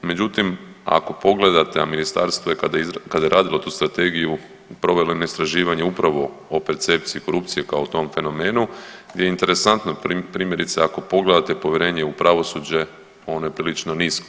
Međutim, ako pogledate, a ministarstvo je kada je radilo tu strategiju provelo jedno istraživanje upravo o percepciji korupcije kao tom fenomenu, gdje je interesantno primjerice ako pogledate povjerenje u pravosuđe ono je prilično nisko.